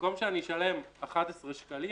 במקום שאני אשלם 11 שקלים,